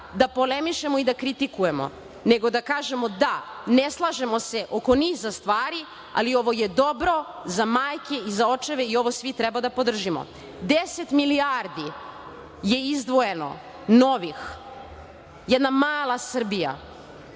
da polemišemo i da kritikujemo nego da kažemo – da, ne slažemo se oko niza stvari, ali ovo je dobro za majke i za očeve i ovo svi treba da podržimo. Deset milijardi je izdvojeno, novih. Jedna mala Srbija,